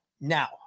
now